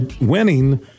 winning